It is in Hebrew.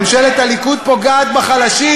ממשלת הליכוד פוגעת בחלשים.